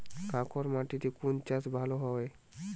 কাঁকর মাটিতে কোন চাষ ভালো হবে?